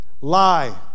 Lie